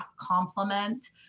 complement